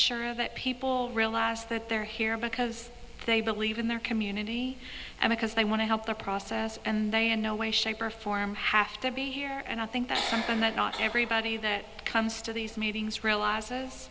sure that people realize that they're here because they believe in their community and because they want to help the process and they in no way shape or form have to be here and i think that's something that not everybody that comes to these meetings realizes